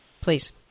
please